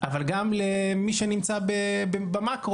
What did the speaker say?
אבל גם למי שנמצא במקרו,